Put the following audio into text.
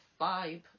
vibe